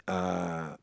uh